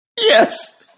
Yes